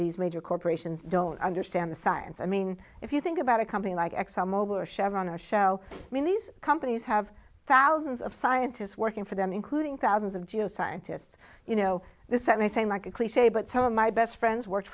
these major corporations don't understand the science i mean if you think about a company like exxon mobil or chevron are shell i mean these companies have thousands of scientists working for them including thousands of geoscientists you know this and i say like a cliche but some of my best friends work